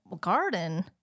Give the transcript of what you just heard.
garden